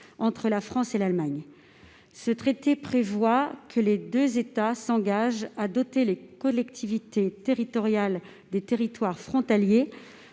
entre la France et l'Allemagne. Ce traité prévoit que les deux États s'engagent à doter les collectivités territoriales des territoires frontaliers